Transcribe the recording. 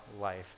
life